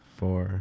four